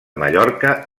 mallorca